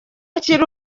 akiri